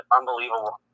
unbelievable